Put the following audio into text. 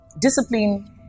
Discipline